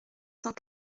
cent